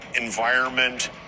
environment